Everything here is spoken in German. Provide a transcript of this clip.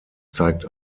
zeigt